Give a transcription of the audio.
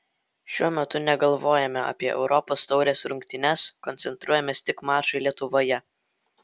šiuo metu negalvojame apie europos taurės rungtynes koncentruojamės tik mačui lietuvoje